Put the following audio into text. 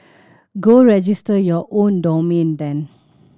go register your own domain then